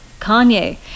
Kanye